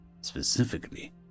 specifically